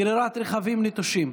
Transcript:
גרירת רכבים נטושים),